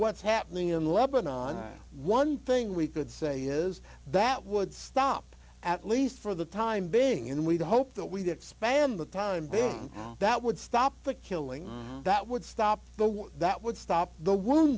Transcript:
what's happening in lebanon on one thing we could say is that would stop at least for the time being and we'd hope that we that span the time bomb that would stop the killing that would stop the that would stop the wo